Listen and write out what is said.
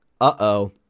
Uh-oh